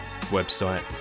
website